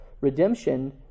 redemption